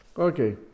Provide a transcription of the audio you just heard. Okay